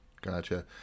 Gotcha